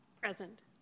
Present